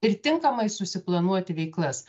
ir tinkamai susiplanuoti veiklas